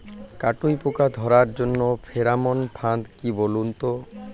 কাটুই পোকা ধরার জন্য ফেরোমন ফাদ কি বলুন তো?